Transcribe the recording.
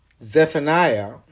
Zephaniah